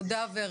תודה ורד.